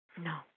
No